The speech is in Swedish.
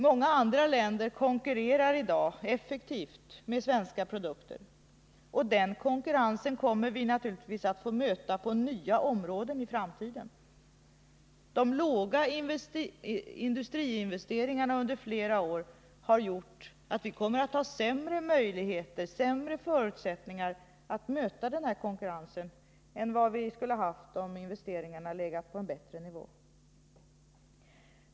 Många andra länder konkurrerar i dag effektivt med svenska produkter. Den konkurrensen kommer vi naturligtvis att i framtiden få möta på nya områden. De låga industriinvesteringarna under flera år har gjort att vi kommer att ha sämre förutsättningar att möta konkurrensen än vad vi skulle ha haft, om industriinvesteringarna legat på en bättre nivå.